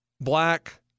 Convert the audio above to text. black